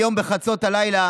היום בחצות הלילה